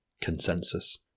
consensus